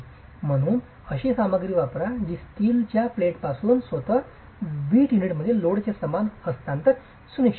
म्हणून अशी सामग्री वापरा जी स्टीलच्या प्लेटपासून स्वत वीट युनिटमध्ये लोडचे समान हस्तांतरण सुनिश्चित करते